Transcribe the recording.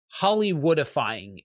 Hollywoodifying